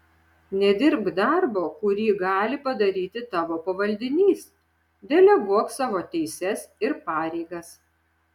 nedirbk darbo kurį gali padaryti tavo pavaldinys deleguok savo teises ir pareigas